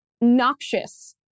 noxious